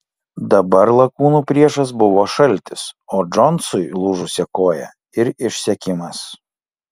dabar lakūnų priešas buvo šaltis o džonsui lūžusia koja ir išsekimas